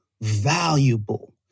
valuable